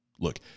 Look